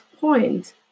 point